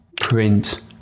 print